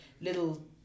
little